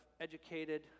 educated